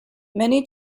many